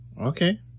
Okay